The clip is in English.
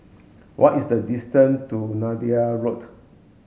what is the distance to Neythai Road